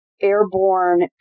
airborne